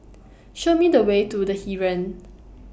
Show Me The Way to The Heeren